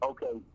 Okay